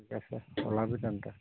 ঠিক আছে ওলাবি তেন্তে